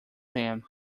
him